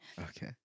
Okay